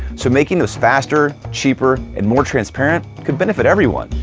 so making this faster, cheaper, and more transparent could benefit everyone.